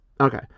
Okay